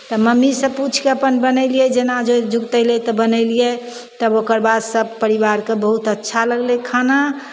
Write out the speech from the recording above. तऽ मम्मीसँ पूछि कऽ अपन बनेलियै जेना जे जुगतयलै तऽ बनेलियै तऽ ओकर बाद सभ परिवारकेँ बहुत अच्छा लगलै खाना